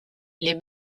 les